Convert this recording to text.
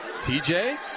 TJ